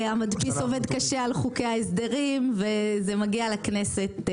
המדפיס עובד קשה על חוקי ההסדרים וזה מגיע לכנסת.